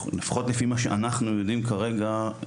לפחות לפי מה שאנחנו יודעים כרגע,